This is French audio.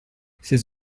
ses